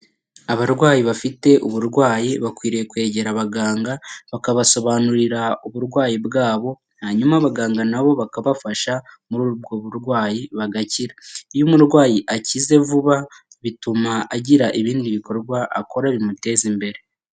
Abarwayi bafite uburwayi bakwiriye kwegera abaganga bakabasobanurira uburwayi bwabo, hanyuma abaganga nabo bakabafasha muri ubwo burwayi bagakira. Iyo umurwayi akize vuba bituma agira ibindi bikorwa akora bimuteza imbere.